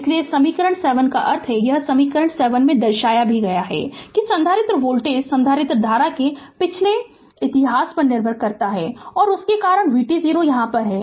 इसलिए इस समीकरण 7 का अर्थ है यह समीकरण 7 दर्शाता है कि संधारित्र वोल्टेज संधारित्र धारा के पिछले इतिहास पर निर्भर करता है और उसके कारण vt0 यहाँ है